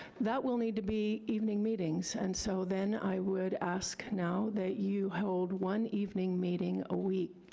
that will need to be evening meetings. and so, then i would ask now that you hold one evening meeting a week,